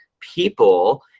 people